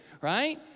right